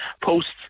posts